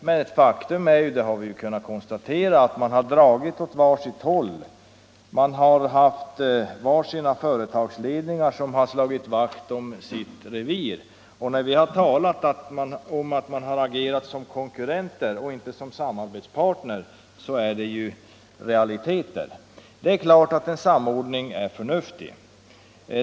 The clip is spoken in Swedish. Men faktum är — det har vi kunnat konstatera — att företagen har dragit åt var sitt håll. Bolagen har haft sina egna företagsledningar, som var och en har slagit vakt om sitt revir. När vi har talat om att man har agerat som konkurrenter, inte som samarbetspartner, så är detta realiteter. En samordning är givetvis förnuftig.